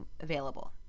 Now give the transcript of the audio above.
available